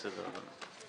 צהרים טובים.